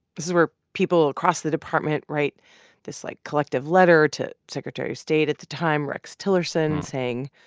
this is where people across the department write this, like, collective letter to secretary of state at the time, rex tillerson, saying,